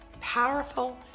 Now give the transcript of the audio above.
powerful